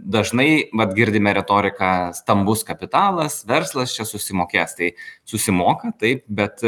dažnai mat girdime retoriką stambus kapitalas verslas čia susimokės tai susimoka taip bet